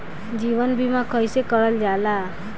जीवन बीमा कईसे करल जाला?